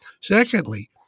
Secondly